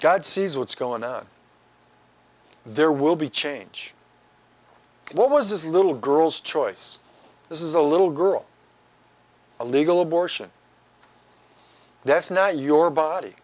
judge sees what's going on there will be change what was this little girl's choice this is a little girl a legal abortion that's not your body